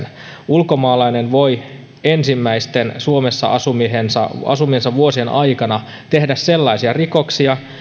ulkomaalainen voi ensimmäisten suomessa asumiensa asumiensa vuosien aikana tehdä sellaisia rikoksia